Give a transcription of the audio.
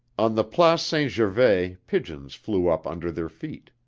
on the place saint gervais pigeons flew up under their feet.